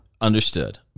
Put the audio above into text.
Understood